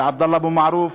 עבדאללה אבו מערוף